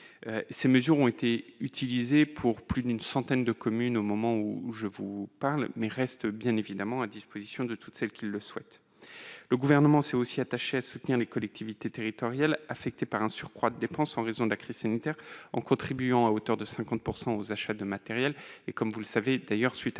ces mesures ont bénéficié à plus d'une centaine de communes. Elles restent évidemment à disposition de toutes celles qui le souhaitent. Le Gouvernement s'est aussi attaché à soutenir les collectivités territoriales affectées par un surcroît de dépenses en raison de la crise sanitaire, en contribuant à hauteur de 50 % aux achats de matériel. Comme vous le savez, à la suite